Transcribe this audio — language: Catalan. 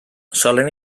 solen